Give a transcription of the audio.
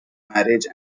marriage